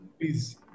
please